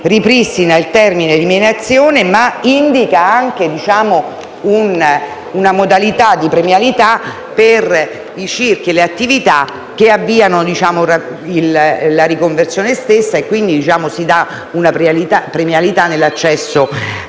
ripristinare il termine «eliminazione», ma indica anche una modalità premiale per i circhi e le attività che avviano la riconversione dando una premialità nell'accesso